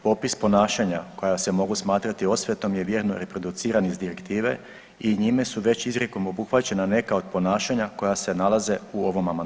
Popis ponašanja koja se mogu smatrati osvetom je vjerno reproduciran iz direktive i njime su već izrijekom obuhvaćena neka od ponašanja koja se nalaze u ovom amandmanu.